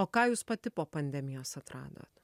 o ką jūs pati po pandemijos atradote